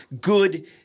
good